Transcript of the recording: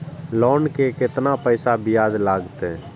Loan के केतना पैसा ब्याज लागते?